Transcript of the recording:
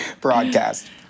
broadcast